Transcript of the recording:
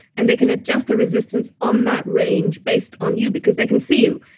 and they can adjust the resistance on that range based on you because they can see you.